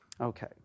Okay